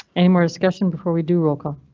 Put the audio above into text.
anymore discussion before we do roll call.